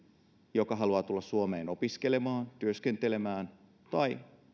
joka haluaa tulla suomeen opiskelemaan työskentelemään tai